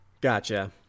Gotcha